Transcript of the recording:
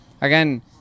again